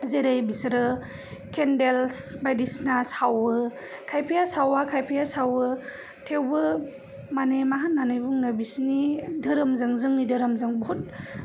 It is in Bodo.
जेरै बिसोरो केनदेल्स बायदिसिना सावो खायफाया सावा खायफाया सावो थेवबो मानि मा होननानै बुंनो बिसिनि धोरोमजों जोंनि धोरोमजों बहुत